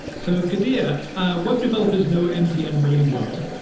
so kadir, yeah web developers know mdn really well.